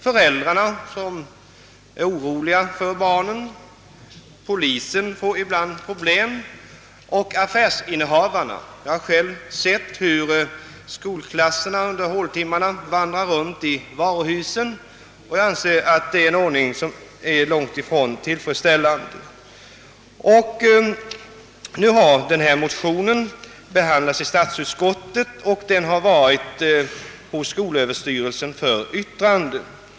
Föräldrarna blir oroliga för barnen, polisen får ibland problem med dem och det gäller även affärsinnehavarna — jag har själv sett hur skolklasserna under håltimmarna driver omkring i varuhusen. Detta är en ordning som är långt ifrån tillfredsställande. När motionen behandlats i statsutskottet har den översänts till skolöverstyrelsen för yttrande.